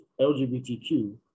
LGBTQ